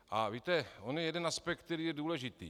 A víte, on je jeden aspekt, který je důležitý.